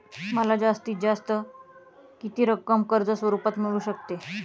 मला जास्तीत जास्त किती रक्कम कर्ज स्वरूपात मिळू शकते?